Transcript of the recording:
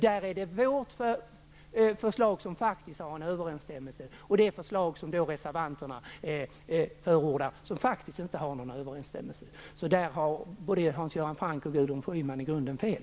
Där är vårt förslag det som innebär enhetlighet, medan reservanternas förslag inte gör det. Så där har både Hans Göran Franck och Gudrun Schyman i grunden fel.